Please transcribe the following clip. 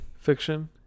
Fiction